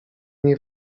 nie